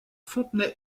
fontenay